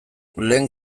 lehen